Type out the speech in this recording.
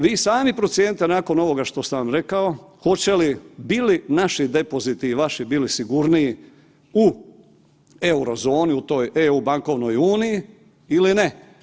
Vi sami procijenite nakon ovoga što sam vam rekao hoće li, bi li naši depoziti i vaši bili sigurniji u Eurozoni, u toj EU bankovnoj uniji ili ne.